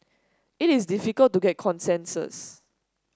it is difficult to get consensus